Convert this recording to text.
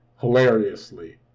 Hilariously